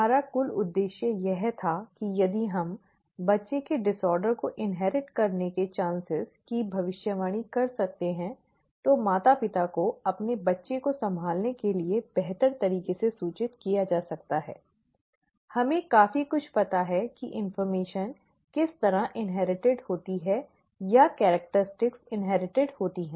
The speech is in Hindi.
हमारा कुल उद्देश्य यह था कि यदि हम बच्चे के विकार को इनहेरिट के चांसेस की भविष्यवाणी कर सकते हैं तो माता पिता को अपने बच्चे को संभालने के लिए बेहतर तरीके से सूचित किया जा सकता है हमें काफी कुछ पता है की जानकारी किस तरह इन्हेरिटिड होती है या विशेषताओं इन्हेरिटिड होती है